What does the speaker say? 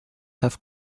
have